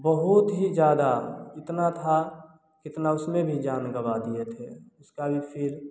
बहुत ही ज़्यादा इतना था कितना उसमें भी जान गंवा दिए थे उसका भी फ़िर